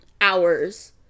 hours